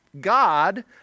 God